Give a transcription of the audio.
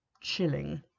chilling